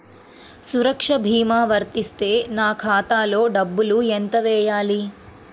సురక్ష భీమా వర్తిస్తే నా ఖాతాలో డబ్బులు ఎంత వేయాలి?